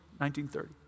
1930